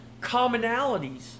commonalities